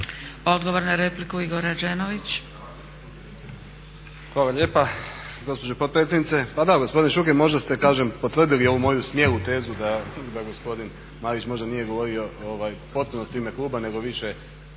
Odgovor na repliku Boro Grubišić.